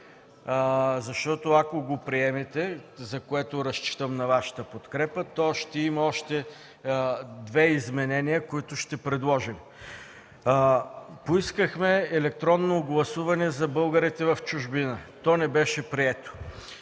Защото, ако го приемете, за което разчитам на Вашата подкрепа, то ще има още две изменения, които ще предложим. Поискахме електронно гласуване за българите в чужбина, то не беше прието.